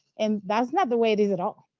and that's not the way it is at all.